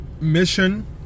mission